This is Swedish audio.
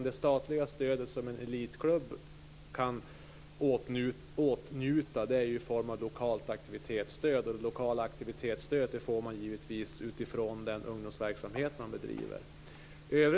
Det statliga stöd en elitklubb kan åtnjuta är i form av lokalt aktivitetsstöd, och detta får man givetvis utifrån den ungdomsverksamhet man bedriver.